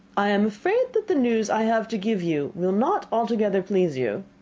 i am afraid that the news i have to give you will not altogether please you.